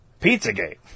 Pizzagate